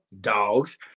Dogs